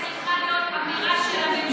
זאת צריכה להיות אמירה של הממשלה.